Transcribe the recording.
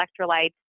electrolytes